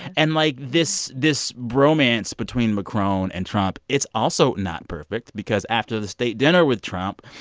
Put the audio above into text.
and, like, this this bromance between macron and trump it's also not perfect because after the state dinner with trump,